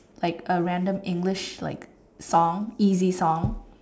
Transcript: like a random English like song easy song